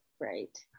Right